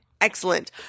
excellent